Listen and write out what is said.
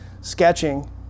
sketching